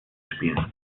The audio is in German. spielen